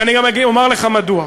ואני גם אומר לך מדוע.